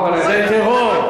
זה טרור.